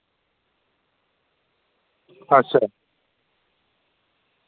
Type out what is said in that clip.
अच्छा